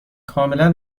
کاملا